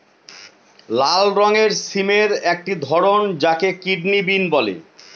লাল রঙের সিমের একটি ধরন যাকে কিডনি বিন বলে